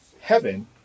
heaven